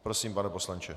Prosím, pane poslanče.